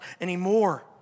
anymore